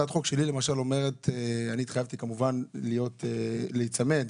אני התחייבתי כמובן להיצמד,